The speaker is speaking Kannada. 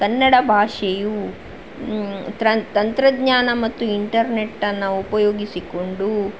ಕನ್ನಡ ಭಾಷೆಯು ತಂತ್ರಜ್ಞಾನ ಮತ್ತು ಇಂಟರ್ನೆಟ್ಟನ್ನು ಉಪಯೋಗಿಸಿಕೊಂಡು